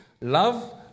love